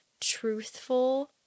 truthful